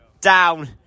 down